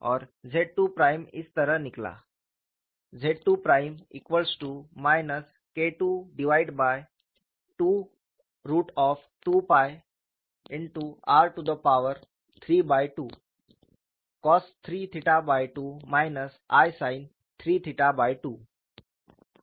और ZII prime इस तरह निकला ZII KII22 r32cos32 isin32 हैं